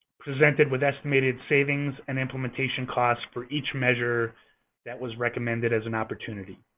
presented with estimated savings and implementation costs for each measure that was recommended as an opportunity.